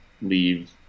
leave